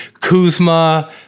Kuzma